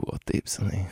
buvo taip senai